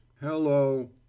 hello